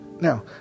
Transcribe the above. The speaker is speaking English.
Now